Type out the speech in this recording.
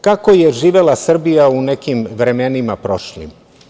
Kako je živela Srbija u nekim vremenima, prošlim?